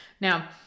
Now